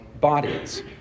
bodies